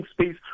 space